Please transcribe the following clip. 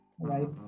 right